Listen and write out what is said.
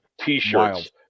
t-shirts